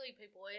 people